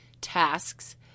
tasks